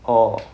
orh